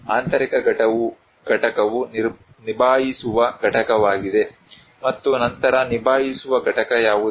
ಆಂತರಿಕ ಘಟಕವು ನಿಭಾಯಿಸುವ ಘಟಕವಾಗಿದೆ ಮತ್ತು ನಂತರ ನಿಭಾಯಿಸುವ ಘಟಕ ಯಾವುದು